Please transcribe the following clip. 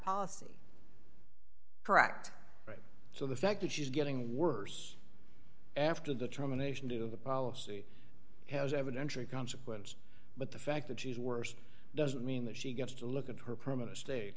policy correct so the fact that she's getting worse after determination to the policy has evidently consequence but the fact that she's worse doesn't mean that she gets to look at her permanent state